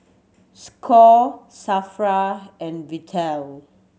score SAFRA and Vital